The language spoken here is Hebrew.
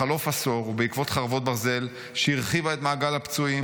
בחלוף עשור ובעקבות חרבות ברזל שהרחיבה את מעגל הפצועים,